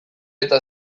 eta